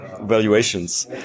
valuations